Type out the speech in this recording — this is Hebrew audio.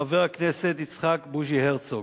חבר הכנסת יצחק בוז'י הרצוג.